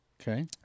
Okay